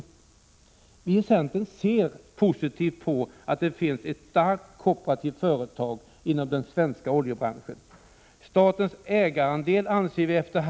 2 juni 1987 Vi i centern ser positivt på att det finns ett starkt kooperativt företag inom ;; Viss försäljning av staden svenska oljebranschen. Vi anser att statens ägarandel efter hand kan f Å 4 E ?